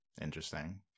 Interesting